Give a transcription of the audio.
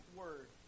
word